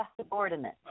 subordinate